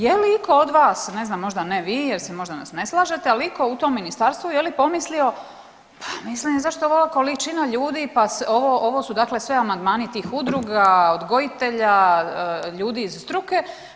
Je li itko od vas ne znam možda ne vi, jer se možda ne slažete jel' itko u tom ministarstvu pomislio pa mislim zašto ova količina ljudi, pa ovo su dakle sve amandmani tih udruga, odgojitelja, ljudi iz struke.